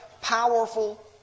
powerful